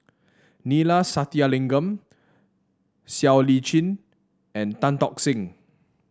Neila Sathyalingam Siow Lee Chin and Tan Tock Seng